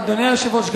אדוני היושב-ראש,